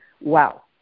Wow